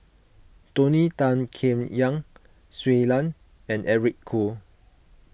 Tony Tan Keng Yam Shui Lan and Eric Khoo